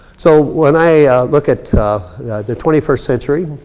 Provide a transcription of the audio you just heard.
so, when i look at the twenty first century,